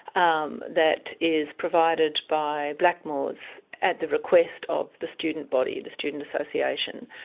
um that is provided by blackmores at the request of the student body, the student association.